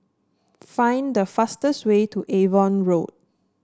find the fastest way to Avon Road